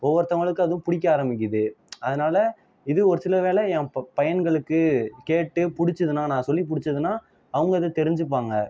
ஒவ்வொருத்தங்களுக்கு அதுவும் பிடிக்க ஆரம்பிக்குது அதனால் இது ஒரு சில வேளை என் ப பையன்களுக்குக் கேட்டு பிடிச்சுதுன்னா நான் சொல்லி பிடிச்சுதுன்னா அவங்க அதை தெரிஞ்சுப்பாங்க